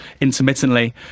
intermittently